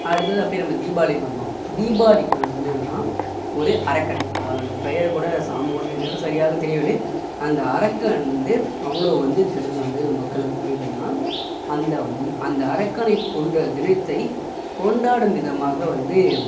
அடுத்தது அப்படியே நம்ம தீபாவளிக்கு வந்தோம் தீபாவளிக்கு வந்தோனால் ஒரு அரக்கன் அவன் பெயர் கூட சாமு எதுவென்று சரியாக தெரியவில்லை அந்த அரக்கன் வந்து அவ்வளோ வந்து கெடுதல் வந்து மக்களுக்கு பண்ணிகிட்டு இருந்தான் அந்த அந்த அரக்கனை கொன்ற தினத்தை கொண்டாடும் விதமாக வந்து